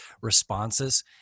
responses